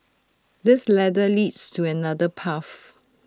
this ladder leads to another path